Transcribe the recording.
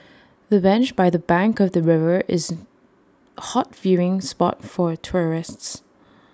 the bench by the bank of the river is hot viewing spot for tourists